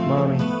Mommy